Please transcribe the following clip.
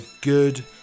good